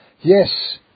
Yes